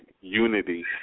unity